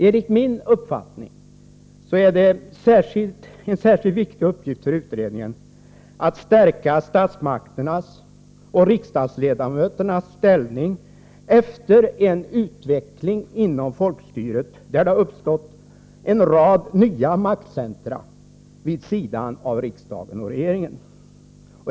Enligt min uppfattning är det en särskilt viktig uppgift för utredningen att stärka statsmakternas och riksdagsledamöternas ställning efter en utveckling inom folkstyret, där det uppstått en rad nya maktcentra vid sidan av riksdagen och regeringen.